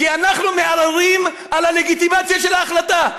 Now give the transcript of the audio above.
כי אנחנו מערערים על הלגיטימציה של ההחלטה.